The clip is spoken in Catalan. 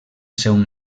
seu